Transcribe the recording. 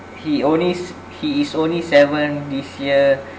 he onlys he is only seven this year